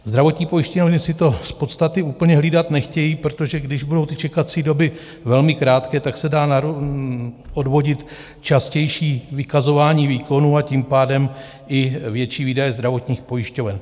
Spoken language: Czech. Zdravotní pojišťovny si to z podstaty úplně hlídat nechtějí, protože když budou čekací doby velmi krátké, tak se dá odvodit častější vykazování výkonů, a tím pádem i větší výdaje zdravotních pojišťoven.